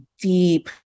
deep